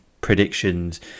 predictions